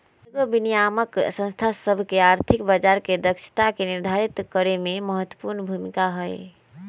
कयगो विनियामक संस्था सभ के आर्थिक बजार के दक्षता के निर्धारित करेमे महत्वपूर्ण भूमिका हइ